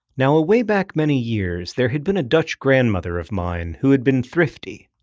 now away back many years, there had been a dutch grandmother of mine who had been thrifty.